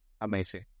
amazing